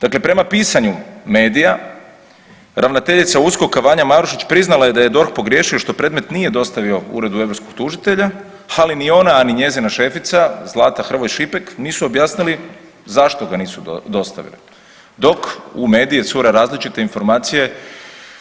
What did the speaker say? Dakle prema pitanju medija, ravnateljica USKOK-a Vanja Marušić priznala je da je DORH pogriješio što predmet nije dostavio Uredu europskog tužitelja, ali ni ona ni njezina šefica Zlata Hrvoj-Šipek nisu objasnili zašto ga nisu dostavili, dok u medije cure različite informacije